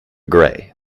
gray